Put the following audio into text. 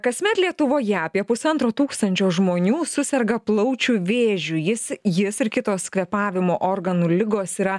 kasmet lietuvoje apie pusantro tūkstančio žmonių suserga plaučių vėžiu jis jis ir kitos kvėpavimo organų ligos yra